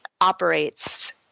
operates